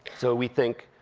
so we think,